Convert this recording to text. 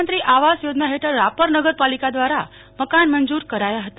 પ્રધાનમંત્રી આવાસ યોજના હેઠળ રાપર નગરપાલિકા દ્વારા મકાન મંજૂર કરાયા હતા